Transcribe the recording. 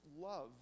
love